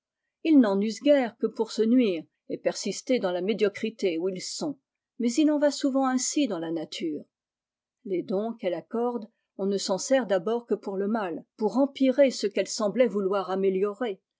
ils n'en usent guère que pour se nuire et persister dans la médiocrité où ils sont mais il en va souvent ainsi dans la nature les dons qu'elle accorde on ne s'en sert d'abord que pour le mal pour empirer ce qu'elle semblait vouloir améliorer